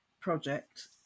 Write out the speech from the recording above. project